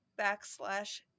backslash